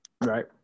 right